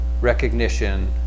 recognition